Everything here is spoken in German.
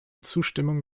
zustimmung